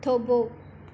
થોભો